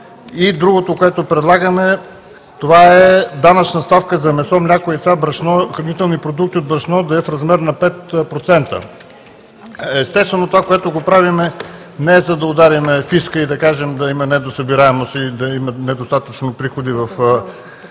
И другото, което предлагаме, е данъчната ставка за месо, мляко, яйца, брашно, хранителни продукти от брашно да е в размер на 5%. Естествено, това, което правим, не е, за да ударим фиска и да кажем да има недосъбираемост и недостатъчно приходи в